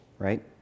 Right